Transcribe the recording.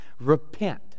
Repent